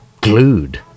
glued